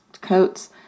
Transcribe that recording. coats